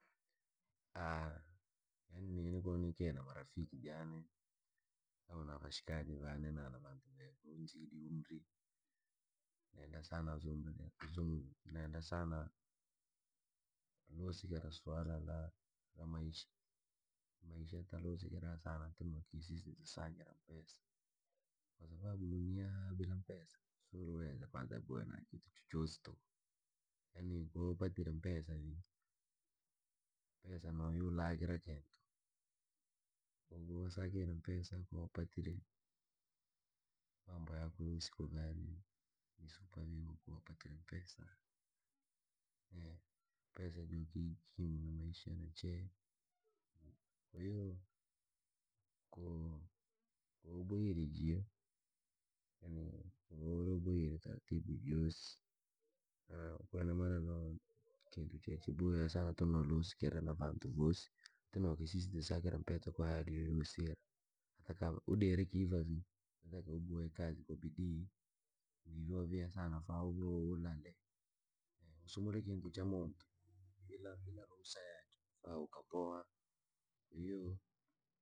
yani nini ko nikire na marafiki jaane au na vashkaji na na vantu vange ve vunzidi umri nenda sana zungumzira maisha talusikirra sana tunokisistiza tusakire mpesa kwasababu dunia bila mpesa siuriweza kwanza booya na kintu chochosi tuku, yaani koo wapatire mpesa vii mpesa no iulaa kira kintu, ko wasakise mpesa, ko wapatire mpesa mpasa joo kiikimkimaisha na chee, kwahiyo koo waboire jiyo, yaani kuva uri waboire taratibu josi, ko ina ina maana na kintu che chiboya sana tunolusikirra na vantu voosi, tinokisistiza kusa kira mpesa kwa hali yoyosi ira, hata kama udire kiiva vii yotakiwa uboye kazi kwa bidii wivi waviha sana fa urowe uulale, usumule kintu cha muntu fa ukavowa, kwahiyo.